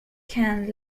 can